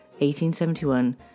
1871